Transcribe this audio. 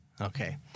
Okay